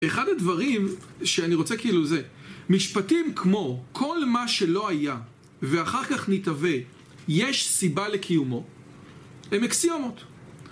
אחד הדברים, שאני רוצה כאילו זה. משפטים כמו כל מה שלא היה, ואחר כך מתהווה, יש סיבה לקיומו, הם אקסיומות.